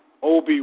Ob